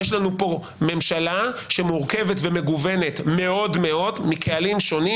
יש לנו פה ממשלה שמורכבת ומגוונת מאוד מאוד מקהלים שונים,